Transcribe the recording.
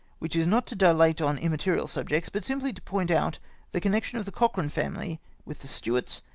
which is not to dilate on immaterial subjects, but simply to point out the connection of the cochrane family with the stuarts,